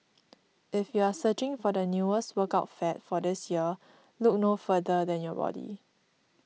if you are searching for the newest workout fad for this year look no further than your body